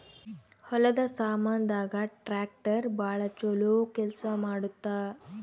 ಹೊಲದ ಸಾಮಾನ್ ದಾಗ ಟ್ರಾಕ್ಟರ್ ಬಾಳ ಚೊಲೊ ಕೇಲ್ಸ ಮಾಡುತ್ತ